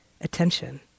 attention